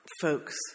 folks